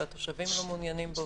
והתושבים לא מעוניינים בו,